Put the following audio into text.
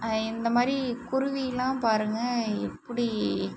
இந்தமாதிரி குருவிலாம் பாருங்கள் எப்படி